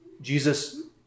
Jesus